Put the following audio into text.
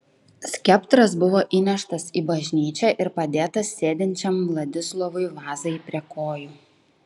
skeptras buvo įneštas į bažnyčią ir padėtas sėdinčiam vladislovui vazai prie kojų